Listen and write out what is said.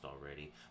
already